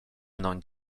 mną